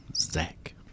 zach